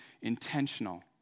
intentional